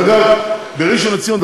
חבר הכנסת יעקב פרי,